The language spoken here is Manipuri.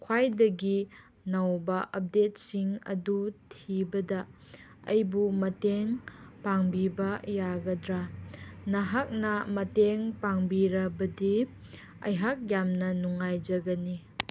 ꯈ꯭ꯋꯥꯏꯗꯒꯤ ꯅꯧꯕ ꯑꯞꯗꯦꯠꯁꯤꯡ ꯑꯗꯨ ꯊꯤꯕꯗ ꯑꯩꯕꯨ ꯃꯇꯦꯡ ꯄꯥꯡꯕꯤꯕ ꯌꯥꯒꯗ꯭ꯔꯥ ꯅꯍꯥꯛꯅ ꯃꯇꯦꯡ ꯄꯥꯡꯕꯤꯔꯕꯗꯤ ꯑꯩꯍꯥꯛ ꯌꯥꯝꯅ ꯅꯨꯡꯉꯥꯏꯖꯒꯅꯤ